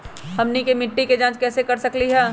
हमनी के मिट्टी के जाँच कैसे कर सकीले है?